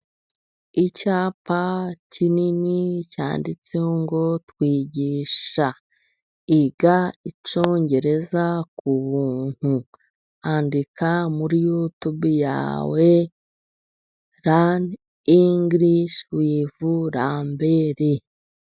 Icyapa kinini cyanditseho ngo twigisha, iga icyongereza k'ubuntu, andika muri yutube yawe rani ingirishi wivu Lamberi.